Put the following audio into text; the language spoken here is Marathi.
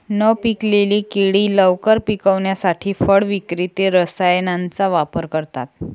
न पिकलेली केळी लवकर पिकवण्यासाठी फळ विक्रेते रसायनांचा वापर करतात